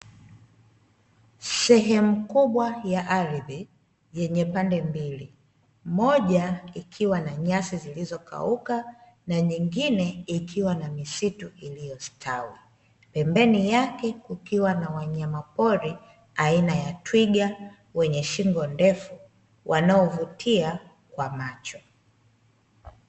Sehemu kubwa ya ardhi yenye pande mbili moja ,ikiwa na nyasi zilizokauka, na nyingine ikiwa na misitu iliyostawi. Pembeni yake kukiwa na wanyama pori aina ya twiga wenye shingo ndefu wanaovutia kwa macho.